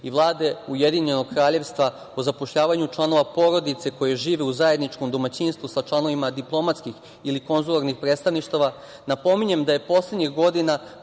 i Vlade Ujedinjenog Kraljevstva o zapošljavanju članova porodice koji žive u zajedničkom domaćinstvu sa članovima diplomatskih ili konzularnih predstavništava, napominjem da je poslednjih godina